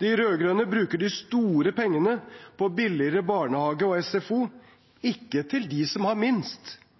De rød-grønne bruker de store pengene på billigere barnehage og SFO, ikke for dem som har minst,